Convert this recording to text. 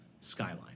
Skyline